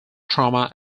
trauma